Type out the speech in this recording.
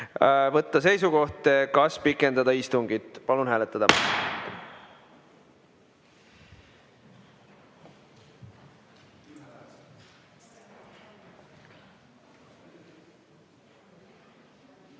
võtta seisukoht, kas pikendada istungit, ja hääletada!